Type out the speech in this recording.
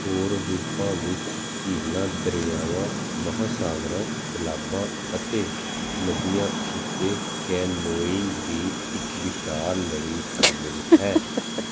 ਹੋਰ ਰੂਪਾਂ ਵਿੱਚ ਝੀਲਾਂ ਦਰਿਆਵਾਂ ਮਹਾਂਸਾਗਰਾਂ ਤਲਾਬਾਂ ਅਤੇ ਨਦੀਆਂ ਉੱਤੇ ਕੈਨੋਇੰਗ ਦੀ ਇੱਕ ਵਿਸ਼ਾਲ ਲੜੀ ਸ਼ਾਮਲ ਹੈ